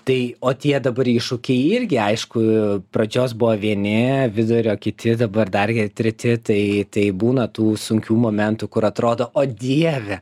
tai o tie dabar iššūkiai irgi aišku pradžios buvo vieni vidurio kiti dabar dargi treti tai taip būna tų sunkių momentų kur atrodo o dieve